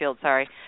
Sorry